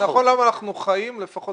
נכון להיום אנחנו חיים, לפחות